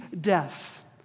death